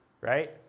Right